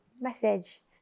message